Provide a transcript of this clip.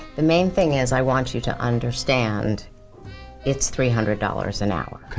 the main thing is, i want you to understand it's three hundred dollars an hour.